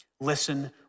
listen